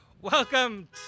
Welcome